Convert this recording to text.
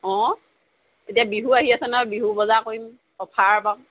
অঁ এতিয়া বিহু আহি আছে নহয় বিহু বজাৰ কৰিম অফাৰ পাম